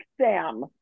Sam